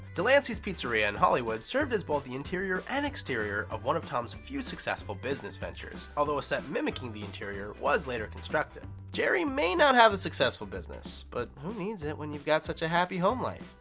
delancey's pizzeria in hollywood served as both the interior and exterior of one of tom's few successful business ventures. although a set mimicking the interior was later constructed. jerry may not have a successful business, but who needs it when you've got such a happy home life?